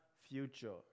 future